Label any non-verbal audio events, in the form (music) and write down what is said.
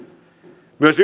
myös (unintelligible)